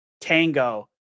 Tango